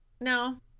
No